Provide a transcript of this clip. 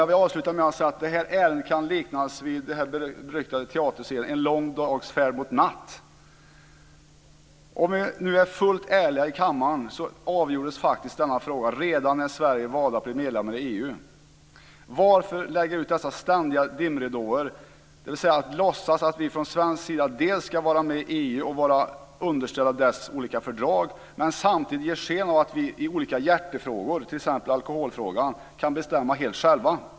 Jag vill avsluta med att säga att detta ärende kan liknas vid den beryktade teaterpjäsen Lång dags färd mot natt. Om vi nu är fullt ärliga i kammaren avgjordes faktiskt denna fråga redan när Sverige valde att bli medlem i EU. Varför lägga ut dessa ständiga dimridåer, dvs. att låtsas att vi från svensk sida ska vara med i EU och underställda dess olika fördrag och samtidigt ge sken av att vi i olika hjärtefrågor, t.ex. alkoholfrågan, kan bestämma helt själva?